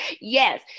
Yes